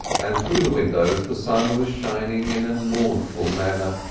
and through the windows the sun was shining in a mournful manner.